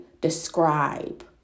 describe